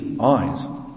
eyes